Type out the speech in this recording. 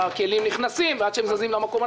עד שהכלים זזים למקום,